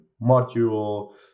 module